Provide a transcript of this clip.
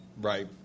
right